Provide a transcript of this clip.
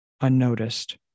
unnoticed